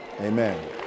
amen